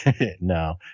no